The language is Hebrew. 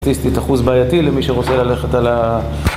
אחוז בעייתי למי שרוצה ללכת על ה...